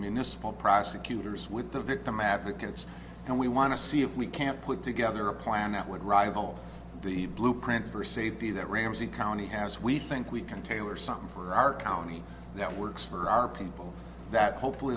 municipal prosecutors with the victim advocates and we want to see if we can put together a plan that would rival the blueprint for safety that ramsey county has we think we can tailor something for our county that works for our people that hopefully